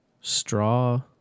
straw